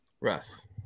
Russ